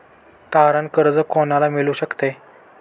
तारण कर्ज कोणाला मिळू शकते?